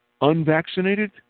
unvaccinated